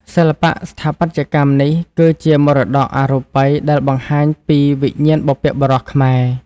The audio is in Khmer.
សិល្បៈស្ថាបត្យកម្មនេះគឺជាមរតកអរូបិយដែលបង្ហាញពីវិញ្ញាណបុព្វបុរសខ្មែរ។